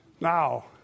Now